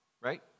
right